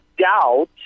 doubt